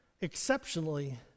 exceptionally